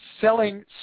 selling